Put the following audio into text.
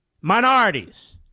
minorities